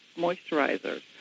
moisturizers